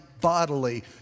bodily